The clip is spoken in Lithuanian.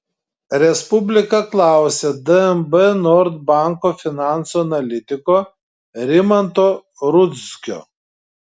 respublika klausė dnb nord banko finansų analitiko rimanto rudzkio